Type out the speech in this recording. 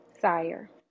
Sire